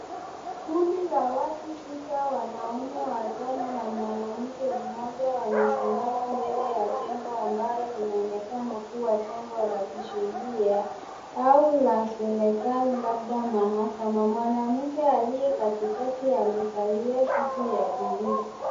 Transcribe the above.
Kundi la watu sita, wanaume watano na mwanamke mmoja wamesimama mbele ya jengo ambalo linaonekana kuwa jengo la kisheriq au la serikali labda mahakama, mwanamke aliye katikati amevalia suti ya bulu.